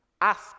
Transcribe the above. Ask